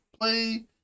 play